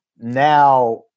Now